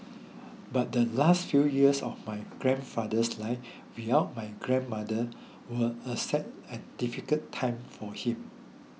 but the last few years of my grandfather's life without my grandmother were a sad and difficult time for him